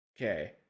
Okay